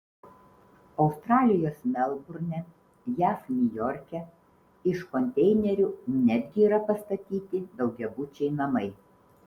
australijos melburne jav niujorke iš konteinerių netgi yra pastatyti daugiabučiai namai